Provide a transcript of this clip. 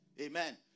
Amen